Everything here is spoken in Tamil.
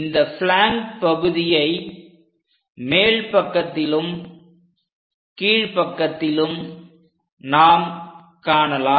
இந்த பிளாங்க் பகுதியை மேல் பக்கத்திலும் கீழ் பக்கத்திலும் நாம் காணலாம்